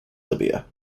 libya